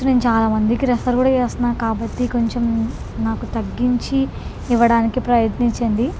నేను చాలా మందికి రెఫర్ కూడా చేస్తున్నాను కాబట్టి కొంచెం నాకు తగ్గించి ఇవ్వడానికి ప్రయత్నించండి